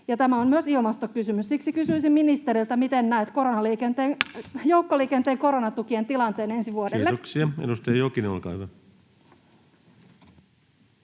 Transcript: tämä on myös ilmastokysymys. Siksi kysyisin ministeriltä: miten näet joukkoliikenteen koronatukien tilanteen ensi vuodelle? Kiitoksia. — Edustaja Jokinen, olkaa hyvä.